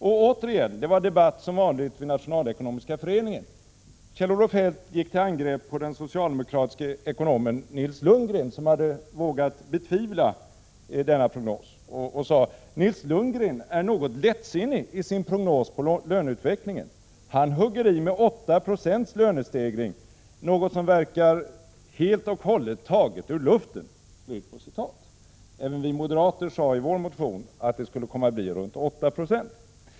Vid den sedvanliga debatten i Nationalekonomiska föreningen gick Kjell Olof Feldt sedan till angrepp på den socialdemokratiske ekonomen Nils Lundgren, som hade vågat betvivla denna prognos, och sade: Nils Lundgren är något lättsinnig i sin prognos beträffande löneutvecklingen: han hugger till med 8 I lönestegring, något som verkar helt och hållet taget ur luften. Även vi moderater sade i vår motion att det skulle komma att bli omkring 8 Yo.